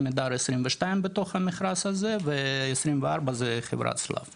עמידר 22 בתוך המכרז הזה ו-24 זה חברת שלו ובניו.